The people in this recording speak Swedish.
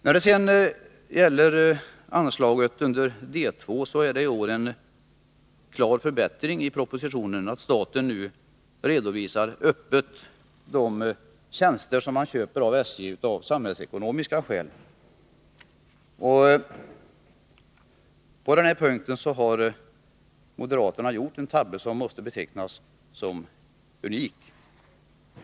När det sedan gäller anslaget under D2 vill jag säga att det är en klar förbättring i propositionen i år att staten nu öppet redovisar de tjänster man av samhällsekonomiska skäl köper av SJ. På denna punkt har moderaterna gjort en tabbe, som måste betecknas såsom unik.